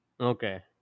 okay